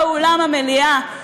באולם המליאה,